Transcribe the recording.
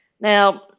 Now